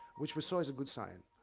which we saw as a good sign.